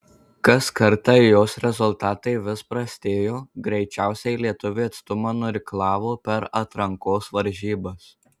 kas kartą jos rezultatai vis prastėjo greičiausiai lietuvė atstumą nuirklavo per atrankos varžybas